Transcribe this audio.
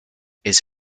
its